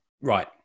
Right